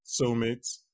Soulmates